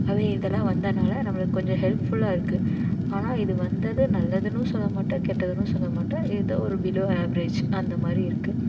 அதே இதலாம் வந்ததனால நம்மளுக்கு கொஞ்சம் ஹெல்ப்ஃபுல்லாக இருக்குது ஆனால் இது வந்தது நல்லதுன்னு சொல்லமாட்டேன் கெட்டதுன்னு சொல்லமாட்டேன் ஏதோ ஒரு பிலோ ஆவரேஜ் அந்தமாதிரி இருக்குது